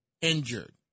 injured